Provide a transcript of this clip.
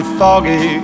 foggy